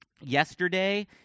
yesterday